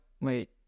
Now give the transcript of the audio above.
wait